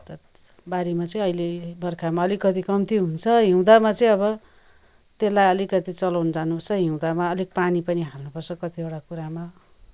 बारीमा चाहिँ अहिले बर्खामा अलिकति कम्ती हुन्छ हिउँदामा चाहिँ अब त्यसलाई अलिकति चलाउन जान्नुपर्छ हिउँदामा अलिक पानी पनि हाल्नुपर्छ कतिवटा कुरामा